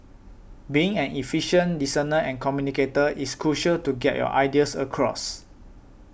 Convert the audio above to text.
being an effective listener and communicator is crucial to get your ideas across